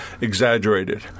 exaggerated